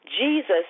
Jesus